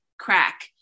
crack